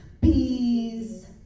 peace